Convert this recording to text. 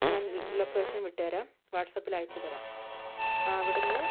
ഞാൻ ലൊക്കേഷൻ വിട്ടു തരാം വാട്സാപ്പിൽ അയച്ചു തരാം ആ അവിടെ നിന്ന്